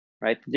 right